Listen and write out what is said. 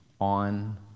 on